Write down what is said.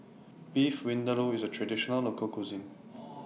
Beef Vindaloo IS A Traditional Local Cuisine